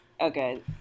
okay